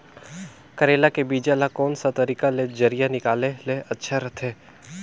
करेला के बीजा ला कोन सा तरीका ले जरिया निकाले ले अच्छा रथे?